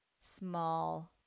small